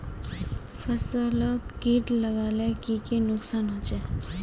फसलोत किट लगाले की की नुकसान होचए?